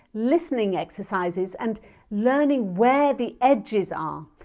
listening exercises and learning where the edges are.